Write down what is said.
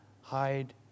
hide